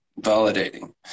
validating